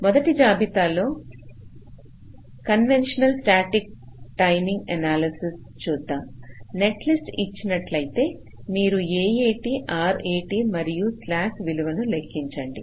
మొదటి జాబితాలో లో కన్వెన్షనల్ స్టాటిక్ టైమింగ్ ఎనాలసిస్ చూద్దాం నెట్లిస్ట్ ఇచ్చినట్లయితే మీరు AAT RAT మరియు స్లాక్ విలువను లెక్కించండి